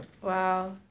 Wow